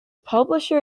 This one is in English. publisher